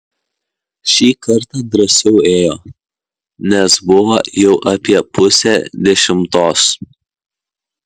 šį kartą drąsiau ėjo nes buvo jau apie pusė dešimtos